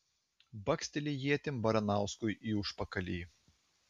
baksteli ietim baranauskui į užpakalį